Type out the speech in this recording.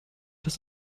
das